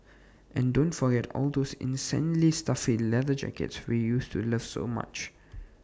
and don't forget all those insanely stuffy leather jackets we used to love so much